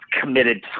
committed